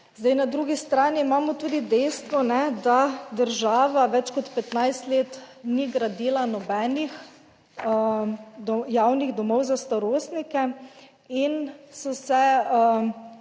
Na drugi strani imamo tudi dejstvo, da država več kot 15 let ni gradila nobenih javnih domov za starostnike in so se